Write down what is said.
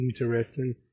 interesting